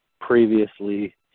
previously